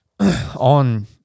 on